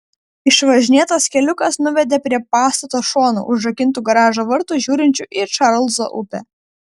išvažinėtas keliukas nuvedė prie pastato šono užrakintų garažo vartų žiūrinčių į čarlzo upę